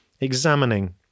examining